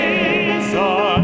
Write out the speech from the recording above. Jesus